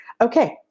okay